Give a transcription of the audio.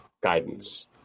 guidance